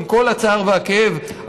עם כל הצער והכאב,